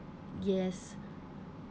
yes